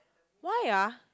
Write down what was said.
why ah